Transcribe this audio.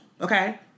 okay